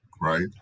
right